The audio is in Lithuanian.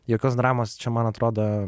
jokios dramos čia man atrodo